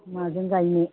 माजों गायनो